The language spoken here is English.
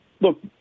look